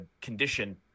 condition